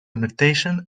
limitation